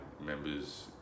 members